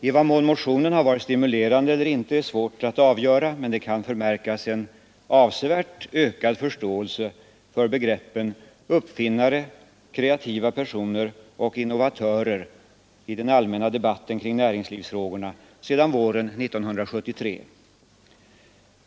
I vad mån motionen har varit stimulerande eller inte är svårt att avgöra, men det kan förmärkas en avsevärt ökad förståelse för begreppen uppfinnare, kreativa personer och innovatörer i den allmänna debatten kring näringslivsfrågorna sedan våren 1972.